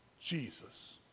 jesus